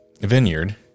vineyard